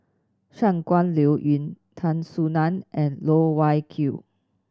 Shangguan Liuyun Tan Soo Nan and Loh Wai Kiew